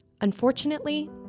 Unfortunately